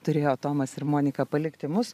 turėjo tomas ir monika palikti mus